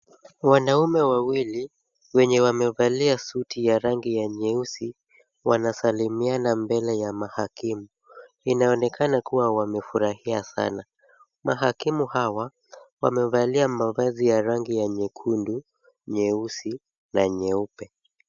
Wanaume wawili wenye wamevalia suti ya rangi ya nyeusi wanasalimiana mbele ya mahakimu. Inaonekana kuwa wamefurahia sana. Mahakimu hawa wamevalia mavazi ya rangi ya nyekundu, nyeusi na nyeupe.